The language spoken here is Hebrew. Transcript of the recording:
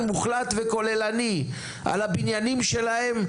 מוחלט וכוללני על הבניינים שלהם,